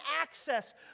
access